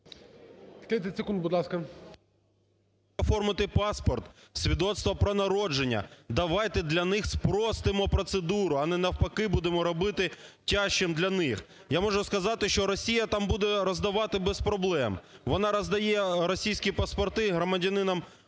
…оформити паспорт, свідоцтво про народження, давайте для них простимо процедуру, а не навпаки будемо робити тяжчим для них. Я можу сказати, що Росія там буде роздавати без проблем, вона роздає російські паспорти громадянам на